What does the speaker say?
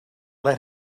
let